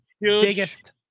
Biggest